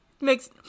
makes